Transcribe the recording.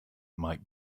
might